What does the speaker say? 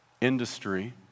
industry